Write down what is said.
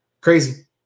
crazy